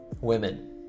women